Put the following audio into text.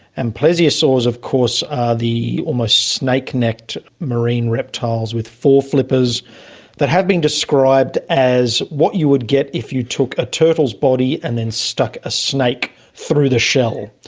and plesiosaurs of course are the almost snake-necked marine reptiles with four flippers flippers that have been described as what you would get if you took a turtle's body and then stuck a snake through the shell.